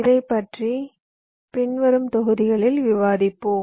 இதை பற்றி பின்வரும் தொகுதிகளில் விவாதிப்போம்